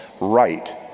right